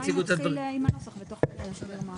לא, אולי נתחיל עם הנוסח ותוך כדי נאמר.